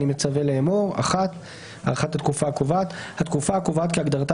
אני מצווה לאמור: הארכת התקופה הקובעת 1. התקופה הקובעת כהגדרתה